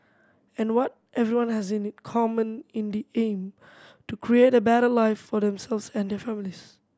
and what everyone has in common in the aim to create a better life for themselves and their families